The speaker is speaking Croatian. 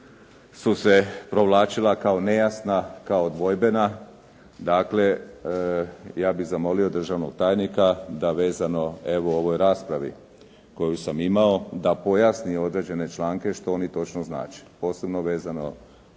su se provlačila kao nejasna, kao nedvojbena, dakle, ja bih zamolio državnog tajnika, da vezano evo ovoj raspravi koju sam imao, da pojasni određene članke, što oni točno znače posebno vezano